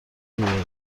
بیارین